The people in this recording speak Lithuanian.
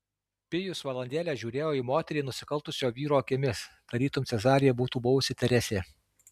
pijus valandėlę žiūrėjo į moterį nusikaltusio vyro akimis tarytum cezarija būtų buvusi teresė